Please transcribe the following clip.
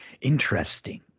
Interesting